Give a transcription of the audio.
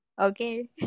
Okay